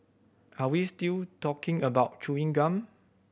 are we still talking about chewing gum